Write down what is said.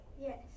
Yes